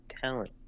talent